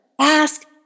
Ask